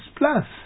plus